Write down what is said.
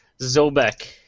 Zobek